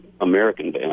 American